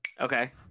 Okay